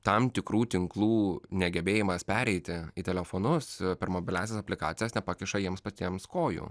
tam tikrų tinklų negebėjimas pereiti į telefonus per mobiliąsias aplikacijas nepakiša jiems patiems kojų